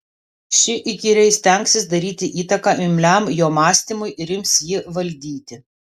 ši įkyriai stengsis daryti įtaką imliam jo mąstymui ir ims jį valdyti